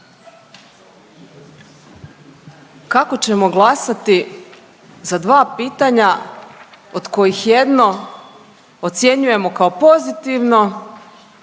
Kako ćemo glasati za dva pitanja od kojih jedno ocjenjujemo kao pozitivno